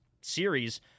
series